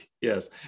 Yes